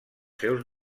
seus